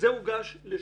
כן.